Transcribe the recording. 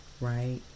right